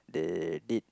they did